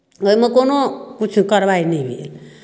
ओहिमे कोनो किछु कारवाइ नहि भेल